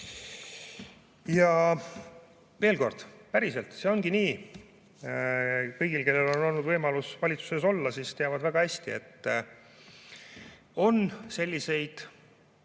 Veel kord, päriselt, see ongi nii. Kõik, kellel on olnud võimalus valitsuses olla, teavad väga hästi, et on selliseid